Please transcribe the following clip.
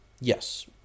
yes